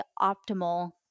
optimal